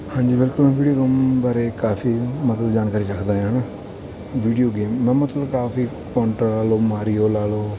ਹਾਂਜੀ ਬਿਲਕੁਲ video game ਬਾਰੇ ਕਾਫੀ ਮਤਲਬ ਜਾਣਕਾਰੀ ਰੱਖਦਾ ਹਾਂ ਵੀਡੀਓ ਗੇਮ ਮੈਂ ਮਤਲਬ ਕਾਫੀ ਕੋਨਟਰਾ ਲਾ ਲਉ ਮਾਰਿਓ ਲਾ ਲਉ